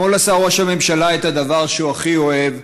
אתמול עשה ראש הממשלה את הדבר שהוא הכי אוהב,